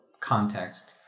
context